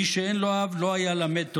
מי שאין לו אב לא היה למד תורה".